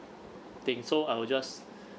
things so I'd just